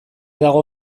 dago